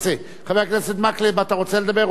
וחבר הכנסת אורי אריאל, אתה רוצה לדבר?